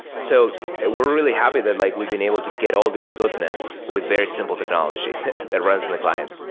so we're really happy that like we've been able to get all this goodness with very simple technology that runs in the client.